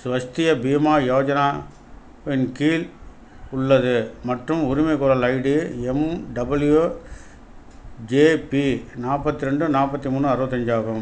ஸ்வஸ்திய பீமா யோஜனாவின் கீழ் உள்ளது மற்றும் உரிமைகோரல் ஐடி எம்டபிள்யூ ஜேபி நாற்பத்து ரெண்டு நாற்பத்தி மூணு அறுபத்தி அஞ்சு ஆகும்